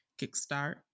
kickstart